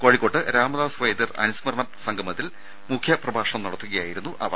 കോഴിക്കോട് രാമദാസ് വൈദ്യർ അനുസ്മരണ സംഗമത്തിൽ മുഖ്യപ്രഭാഷണം നടത്തുകയായിരുന്നു അവർ